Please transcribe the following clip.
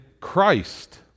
Christ